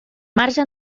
marge